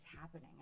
happening